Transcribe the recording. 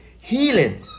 healing